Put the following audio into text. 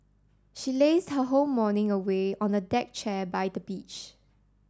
she lazed her whole morning away on a deck chair by the beach